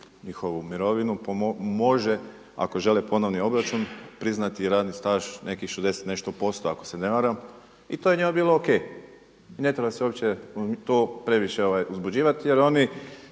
njihovu mirovinu može ako žele ponovno obračun priznati i radni staž nekih 60 i nešto posto ako se ne varam i to je njima bilo ok. I ne treba se to previše uzbuđivati jer oni